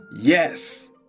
yes